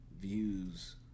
views